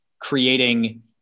creating